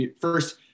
first